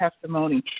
testimony